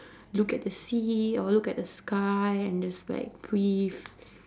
look at the sea or look at the sky and just like breathe